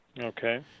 Okay